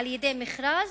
על-ידי מכרז,